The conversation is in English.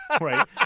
right